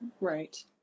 Right